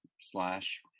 slash